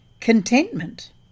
Contentment